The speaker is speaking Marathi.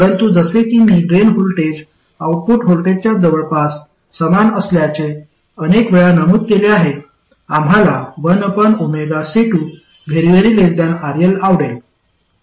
परंतु जसे की मी ड्रेन व्होल्टेज आउटपुट व्होल्टेजच्या जवळपास समान असल्याचे अनेक वेळा नमूद केले आहे आम्हाला 1C2RL आवडेल